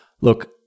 look